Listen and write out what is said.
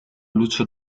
lucio